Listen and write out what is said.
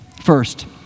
First